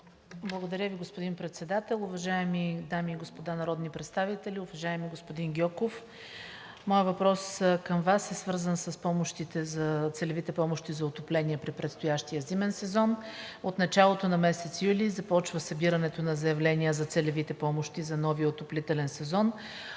Благодаря Ви, господин Председател. Уважаеми дами и господа народни представители! Уважаеми господин Гьоков, моят въпрос към Вас е свързан с целевите помощи за отопление през настоящия зимен сезон. От началото на месец юли започва събирането на заявления за целевите помощи за новия отоплителен сезон.